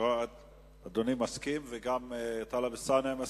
וגם אלסאנע מסכים?